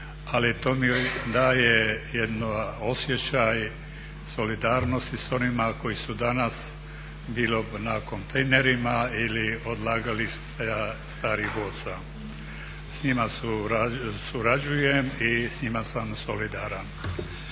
ali to mi daje jedan osjećaj solidarnosti s onima koji su danas bilo na kontejnerima ili odlagališta starih boca. S njima surađujem i s njima sam solidaran.